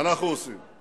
האם ידוע לך, יש בתי-ספר,